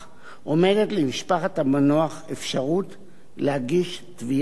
עומדת למשפחת המנוח אפשרות להגיש תביעה אזרחית.